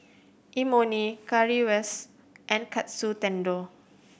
Imoni Currywurst and Katsu Tendon